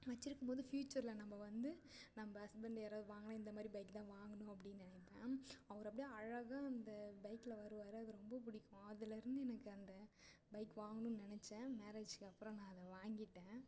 வச்சுருக்கும்போது ஃபியூச்சரில் நம்ப வந்து நம்ப ஹஸ்பண்ட் யாராவது வாங்கினா இந்தமாதிரி பைக் தான் வாங்கணும் அப்படின்னு நினைப்பேன் அவர் அப்படியே அழகாக அந்த பைக்கில் வருவார் அது ரொம்ப பிடிக்கும் அதுலேருந்து எனக்கு அந்த பைக் வாங்கணும் நினச்சேன் மேரேஜுக்கு அப்புறம் நான் அதை வாங்கிட்டேன்